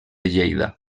lleida